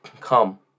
Come